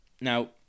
now